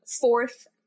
fourth